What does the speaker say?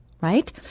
right